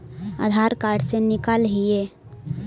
आधार card से निकाल हिऐ?